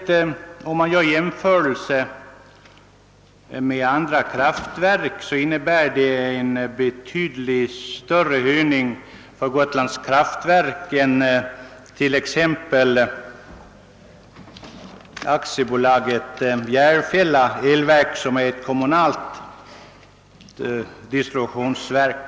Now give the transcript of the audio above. Vid en jämförelse med andra kraftverk finner vi, att det rör sig om en betydligt större höjning för Gotlands Kraftverk än för t.ex. AB Järfälla elverk, som är ett kommunalt distributionsverk.